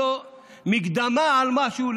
לא מקדמה על משהו.